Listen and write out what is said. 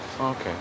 Okay